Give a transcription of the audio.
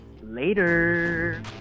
Later